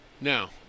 Now